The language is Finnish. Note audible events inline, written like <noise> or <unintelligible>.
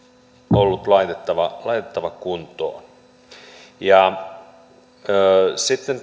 ollut laitettava laitettava kuntoon sitten <unintelligible>